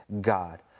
God